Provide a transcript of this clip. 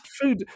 food